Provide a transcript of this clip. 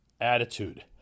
attitude